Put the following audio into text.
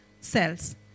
cells